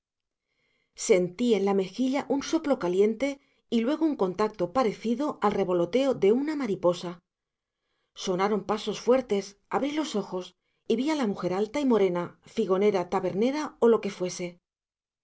sentí en la mejilla un soplo caliente y luego un contacto parecido al revoloteo de una mariposa sonaron pasos fuertes abrí los ojos y vi a la mujer alta y morena figonera tabernera o lo que fuese